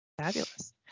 Fabulous